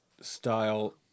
style